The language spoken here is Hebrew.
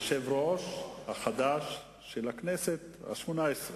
אדוני היושב-ראש, תעשה הפסקה,